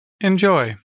Enjoy